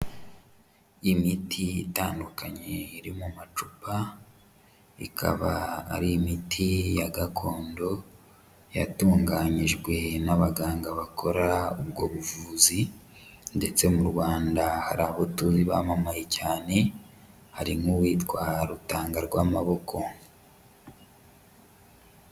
Imiti itandukanye iri mu macupa, ikaba ari imiti ya gakondo yatunganyijwe n'abaganga bakora ubwo buvuzi, ndetse mu Rwanda hari abo tuzi bamamaye cyane, hari nk'uwitwa Rutangarwamaboko.